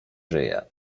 żyje